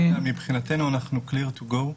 מבחינתנו אנחנו clear to go.